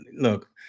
look